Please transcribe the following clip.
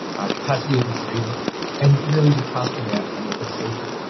our capacity of the grid and really the customer outcome that we're seeking.